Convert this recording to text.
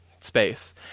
space